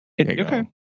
Okay